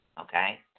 Okay